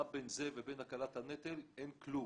מה בין זה ובין הקלת הנטל, אין כלום.